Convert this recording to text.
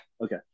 Okay